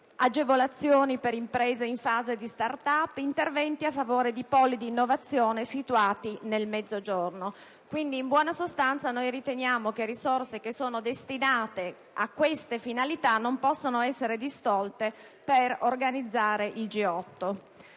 agevolazioni per imprese in fase di *start up*, interventi a favore di poli d'innovazione situati nel Mezzogiorno. Quindi, riteniamo che risorse che sono destinate a tali finalità non possano essere distolte per organizzare il G8.